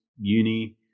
uni